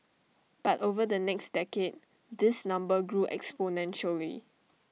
but over the next decade this number grew exponentially